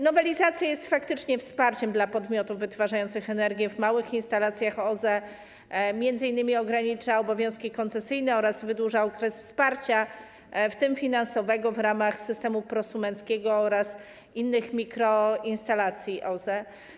Nowelizacja jest faktycznie wsparciem dla podmiotów wytwarzających energię w małych instalacjach OZE, m.in. ogranicza obowiązki koncesyjne oraz wydłuża okres wsparcia, w tym finansowego, w ramach systemu prosumenckiego oraz innych mikroinstalacji OZE.